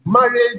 marriage